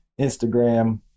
Instagram